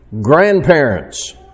grandparents